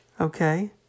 Okay